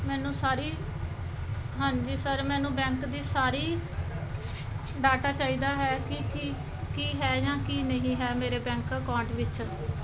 ਮੈਨੂੰ ਸਾਰੀ ਹਾਂਜੀ ਸਰ ਮੈਨੂੰ ਬੈਂਕ ਦੀ ਸਾਰੀ ਡਾਟਾ ਚਾਹੀਦਾ ਹੈ ਕਿ ਕੀ ਕੀ ਹੈ ਜਾਂ ਕੀ ਨਹੀਂ ਹੈ ਮੇਰੇ ਬੈਂਕ ਅਕਾਉਂਟ ਵਿੱਚ